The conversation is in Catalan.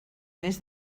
més